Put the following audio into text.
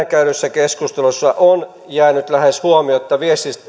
käydyssä keskustelussa on jäänyt lähes huomiotta